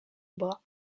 bras